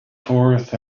forth